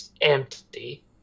empty